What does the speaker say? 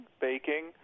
baking